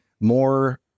more